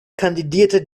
kandidierte